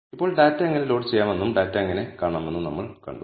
ഇപ്പോൾ ഡാറ്റ എങ്ങനെ ലോഡ് ചെയ്യാമെന്നും ഡാറ്റ എങ്ങനെ കാണാമെന്നും നമ്മൾ കണ്ടു